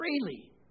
freely